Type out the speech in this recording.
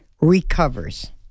Recovers